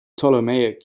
ptolemaic